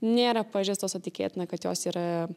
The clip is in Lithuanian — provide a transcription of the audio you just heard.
nėra pažeistos o tikėtina kad jos yra